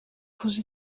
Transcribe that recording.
kuza